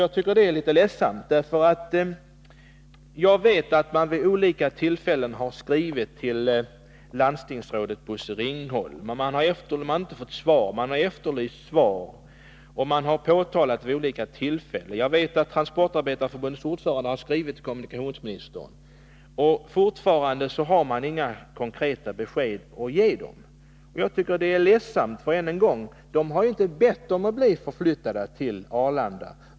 Jag tycker att det är litet ledsamt, därför att jag vet att de anställda vid olika tillfällen har skrivit till landstingsrådet Bosse Ringholm utan att få svar. Personalen har efterlyst svar och vid olika tillfällen påtalat att man inte fått något besked. Jag vet också att Transportarbetareförbundet har skrivit till kommunikationsministern. Inte heller förbundet har ännu fått några konkreta besked. Jag tycker, som sagt, att det är ledsamt. De anställda har ju inte bett att få bli förflyttade till Arlanda.